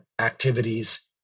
activities